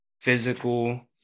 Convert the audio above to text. physical